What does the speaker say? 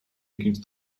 against